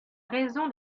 raison